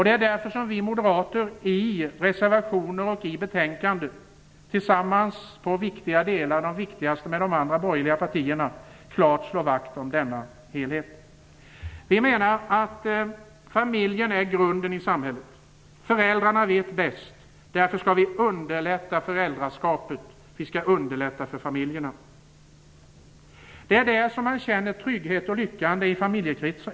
Det är därför vi moderater i reservationer och i betänkandet, i de viktigaste delarna tillsammans med de andra borgerliga partierna, klart slår vakt om denna helhet. Vi menar att familjen är grunden i samhället. Föräldrarna vet bäst. Därför skall vi underlätta föräldraskapet, vi skall underlätta för familjerna. Det är i familjekretsen man känner trygghet och lycka.